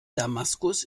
damaskus